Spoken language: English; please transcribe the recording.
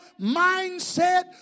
mindset